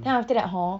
then after that hor